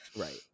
Right